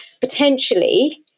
potentially